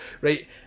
right